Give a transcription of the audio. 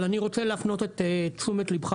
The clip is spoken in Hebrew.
אבל אני רוצה להפנות את תשומת ליבך